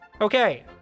Okay